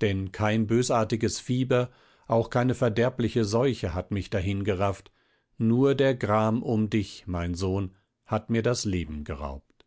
denn kein bösartiges fieber auch keine verderbliche seuche hat mich dahingerafft nur der gram um dich mein sohn hat mir das leben geraubt